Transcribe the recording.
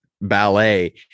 ballet